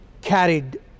carried